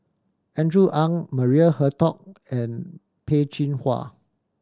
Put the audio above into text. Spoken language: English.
Andrew Ang Maria Hertogh and Peh Chin Hua